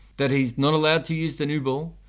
that he's not allowed to use the new ball,